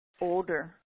older